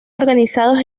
organizados